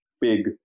big